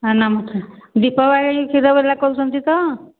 ହଁ ନମସ୍କାର ଦିପୁ ଭାଇ କ୍ଷୀର ବାଲା କହୁଛନ୍ତି ତ